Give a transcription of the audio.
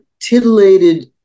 titillated